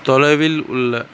தொலைவில் உள்ள